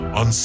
on